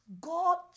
God